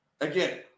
Again